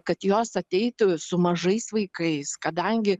kad jos ateitų su mažais vaikais kadangi